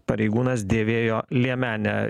pareigūnas dėvėjo liemenę